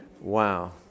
Wow